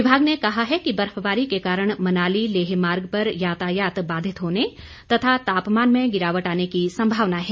विभाग ने कहा है कि बर्फबारी के कारण मनाली लेह मार्ग पर यातायात बाधित होने तथा तापमान में गिरावट आने की संभावना है